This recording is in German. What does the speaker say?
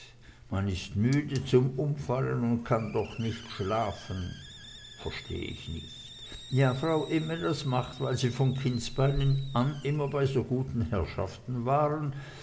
man ist müde zum umfallen und kann doch nicht schlafen versteh ich nich ja frau imme das macht weil sie von kindesbeinen an immer bei so gute herrschaften waren